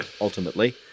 ultimately